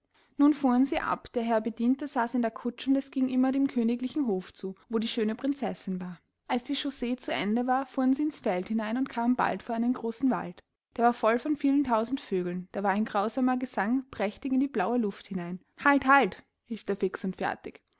nun fuhren sie ab der herr bedienter saß in der kutsche und es ging immer dem königlichen hof zu wo die schöne prinzessin war als die chaussee zu ende war fuhren sie ins feld hinein und kamen bald vor einen großen wald der war voll von vielen tausend vögeln da war ein grausamer gesang prächtig in die blaue luft hinein halt halt rief der fix und fertig